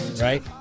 Right